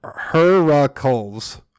Heracles